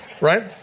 Right